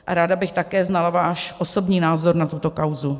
A ráda bych také znala váš osobní názor na tuto kauzu.